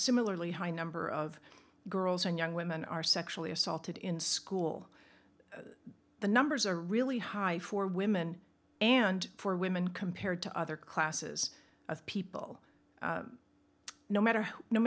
similarly high number of girls and young women are sexually assaulted in school the numbers are really high for women and for women compared to other classes of people no matter